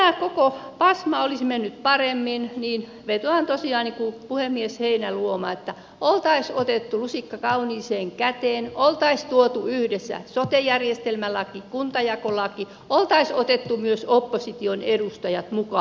jotta tämä koko pasma olisi mennyt paremmin niin vetoan tosiaan niin kuin puhemies heinäluoma että oltaisiin otettu lusikka kauniiseen käteen oltaisiin tuotu yhdessä sote järjestelmälaki kuntajakolaki oltaisiin otettu myös opposition edustajat mukaan